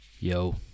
Yo